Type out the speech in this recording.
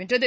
வென்றது